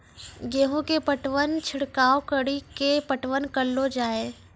गेहूँ के पटवन छिड़काव कड़ी के पटवन करलो जाय?